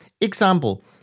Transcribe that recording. Example